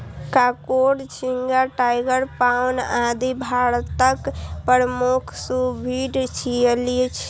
कांकोर, झींगा, tiger prawn, आदि भारतक प्रमुख सीफूड छियै